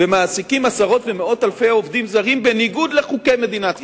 ומעסיקים עשרות ומאות אלפי עובדים זרים בניגוד לחוקי מדינת ישראל.